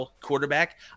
quarterback